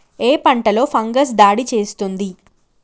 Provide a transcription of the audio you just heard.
ఏ పంటలో ఫంగస్ దాడి చేస్తుంది?